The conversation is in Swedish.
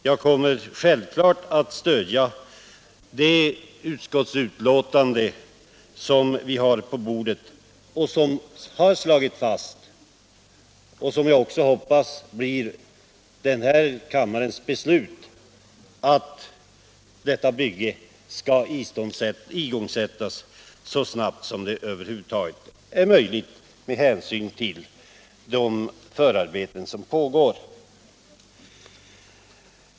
Jag kommer självfallet att stödja det utskottsbetänkande som vi har på bordet och som har slagit fast — vilket jag också hoppas blir kammarens beslut — att detta bygge skall igångsättas så snabbt som det över huvud taget är möjligt med hänsyn till de förarbéten som pågår.